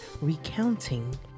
recounting